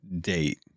date